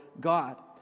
God